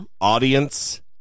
Audience